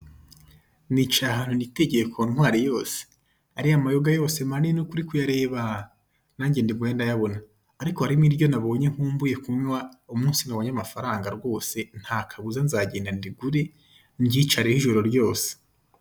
Nicaye ahantu nitegeye kontwari yose, ariya mayoga yose manini uko uri kuyareba nange ndimo ndayabona, ariko harimo iryo nabonye nkumbuye kunywa umunsi nabonye amafaranga rwose ntakabuza nzagenda ndigure ryicareho ijoro ryose.